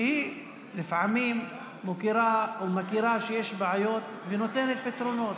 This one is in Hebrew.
היא לפעמים מוקירה או מכירה בכך שיש בעיות ונותנת פתרונות.